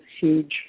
huge